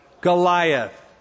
Goliath